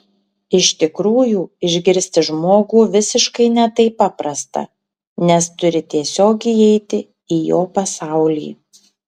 iš tikrųjų išgirsti žmogų visiškai ne taip paprasta nes turi tiesiog įeiti į jo pasaulį